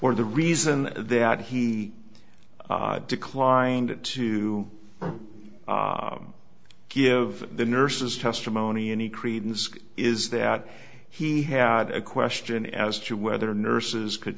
or the reason that he declined to give the nurses testimony any credence is that he had a question as to whether nurses could